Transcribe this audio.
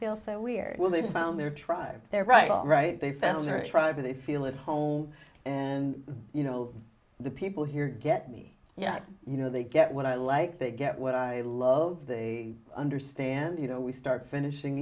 feel so weird well they found their tribe they're right all right they found her tribe they feel at home and you know the people here get me yeah you know they get what i like they get what i love they understand you know we start finishing